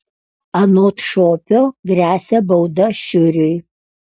anot šopio gresia bauda šiuriui